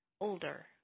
older